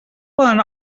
poden